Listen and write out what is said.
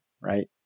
right